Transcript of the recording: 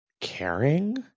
caring